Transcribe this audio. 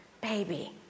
baby